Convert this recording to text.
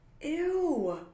Ew